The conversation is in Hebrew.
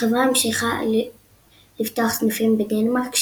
החברה המשיכה לפתוח סניפים בדנמרק,